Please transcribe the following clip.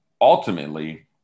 Ultimately